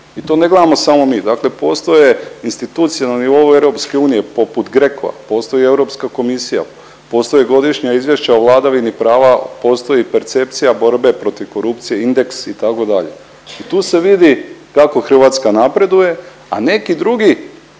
i to ne gledamo samo mi, dakle postoje institucije na nivou EU poput GRECO-a, postoji Europska komisija, postoje Godišnja izvješća o vladavini prava, postoji percepcija borbe protiv korupcije, indeks itd. i tu se vidi kako Hrvatska napreduje, a neki drugi